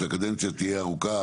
שהקדנציה תהיה ארוכה,